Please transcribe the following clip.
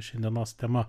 šiandienos tema